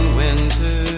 winter